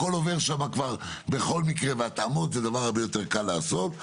הכול עובר שם כבר בכל מקרה והתאמות זה דבר הרבה יותר קל לעשות,